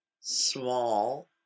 small